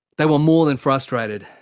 they were more than frustrated.